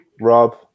rob